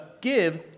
give